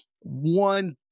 one